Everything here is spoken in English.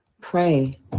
pray